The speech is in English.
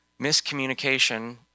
miscommunication